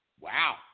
Wow